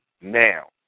now